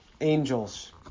angels